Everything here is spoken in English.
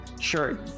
Sure